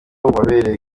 wabereye